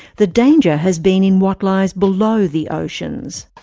the danger has been in what lies below the oceans.